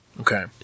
Okay